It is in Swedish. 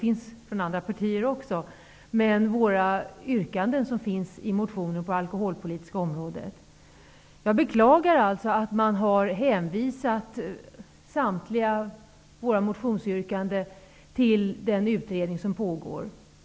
Motioner har väckts av andra partier också, men man har inte behandlat yrkandena i vår motion på det alkoholpolitiska området. Jag beklagar att man har hänvisat samtliga våra motionsyrkanden till den utredning som pågår.